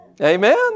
Amen